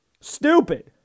Stupid